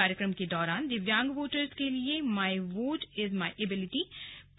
कार्यक्रम के दौरान दिव्यांग वोटर्स के लिए my vote is my ability